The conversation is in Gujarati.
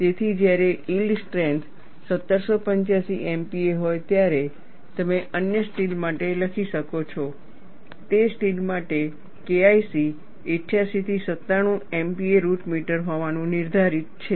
તેથી જ્યારે યીલ્ડ સ્ટ્રેન્થ 1785 MPa હોય ત્યારે તમે અન્ય સ્ટીલ માટે લખી શકો છો તે સ્ટીલ માટે KIC 88 થી 97 MPa રુટ મીટર હોવાનું નિર્ધારિત છે